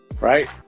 right